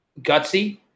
gutsy